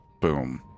boom